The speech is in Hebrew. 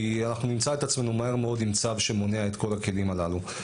כי אנחנו נמצא את עצמנו מהר מאוד עם צו שמונע את כל הכלים הללו.